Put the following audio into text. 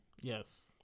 Yes